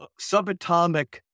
subatomic